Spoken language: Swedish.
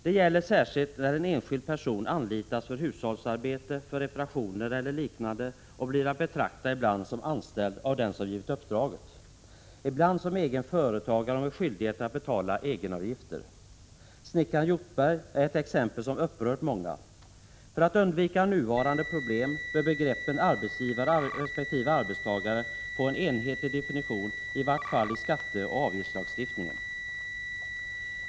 Det gäller särskilt när en enskild person anlitas för hushållsarbete, för reparationer eller liknande och blir att betrakta ibland som anställd av den som givit uppdraget, ibland som egen företagare med skyldighet att betala egenavgifter. Snickaren Hjortberg är ett exempel som upprört många. För att undvika nuvarande problem bör begreppen arbetsgivare resp. arbetstagare få en enhetlig definition, i vart fall i skatteoch avgiftslagstiftningen.